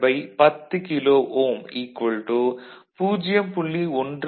7 volt kilo ohm 0